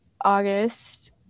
August